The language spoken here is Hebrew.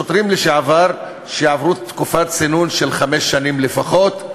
שוטרים לשעבר שעברו תקופת צינון של חמש שנים לפחות,